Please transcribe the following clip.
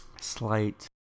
slight